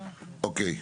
אוקיי.